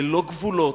ללא גבולות.